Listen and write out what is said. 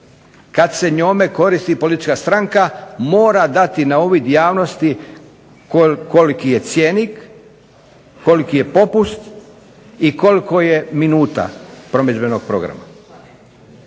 kad se njome koristi politička stranka mora dati na uvid javnosti koliki je cjenik, koliki je popust i koliko je minuta promidžbenog programa.